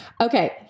Okay